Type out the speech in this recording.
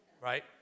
right